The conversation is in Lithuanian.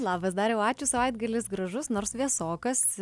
labas dariau ačiū savaitgalis gražus nors vėsokas